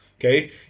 okay